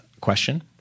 question